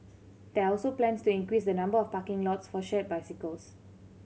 there are also plans to increase the number of parking lots for shared bicycles